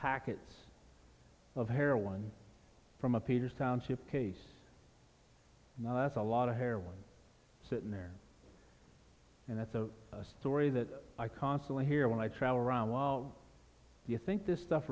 packets of heroin from a peters township case that's a lot of heroin sitting there and that's a story that i constantly hear when i travel around while you think this stuff